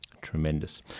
tremendous